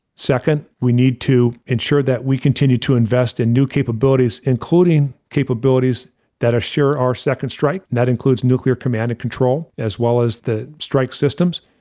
second, we need to ensure that we continue to invest in new capabilities, including capabilities are sure our second strike that includes nuclear command and control as well as the strike systems.